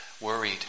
worried